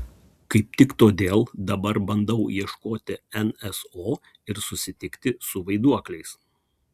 kaip tik todėl dabar bandau ieškoti nso ir susitikti su vaiduokliais